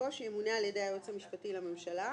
יבוא "שימונה על ידי היועץ המשפטי לממשלה".